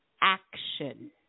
action